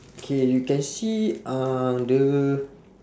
okay you can see uh the